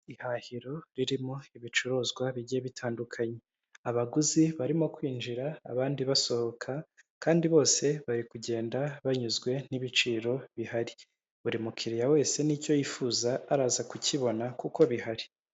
Ihahiro ririmo ibicuruzwa bigiye bitandukanye. Abaguzi barimo kwinjira, abandi basohoka kandi bose bari kugenda banyuzwe n'ibiciro bihari. Buri mukiriya wese n'icyo yifuza, araza kukibona kuko bihari.